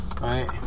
Right